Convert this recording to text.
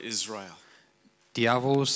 Israel